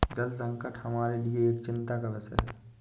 जल संकट हमारे लिए एक चिंता का विषय है